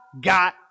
got